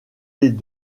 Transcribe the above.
les